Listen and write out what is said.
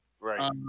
Right